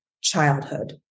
childhood